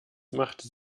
machte